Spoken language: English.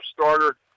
starter